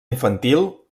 infantil